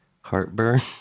Heartburn